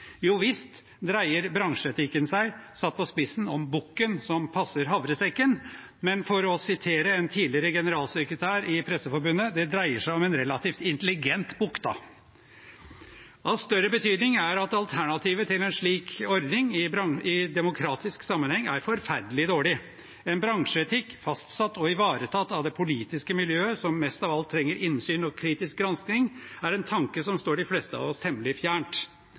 Jo visst dreier bransjeetikken seg, satt på spissen, om bukken som passer havresekken, men for å sitere en tidligere generalsekretær i Presseforbundet: Det dreier seg om en relativt intelligent bukk, da. Av større betydning er at alternativet til en slik ordning i demokratisk sammenheng er forferdelig dårlig. En bransjeetikk fastsatt og ivaretatt av det politiske miljøet, som mest av alt trenger innsyn og kritisk gransking, er en tanke som står de fleste av oss temmelig fjernt.